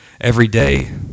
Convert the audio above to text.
everyday